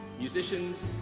musicians,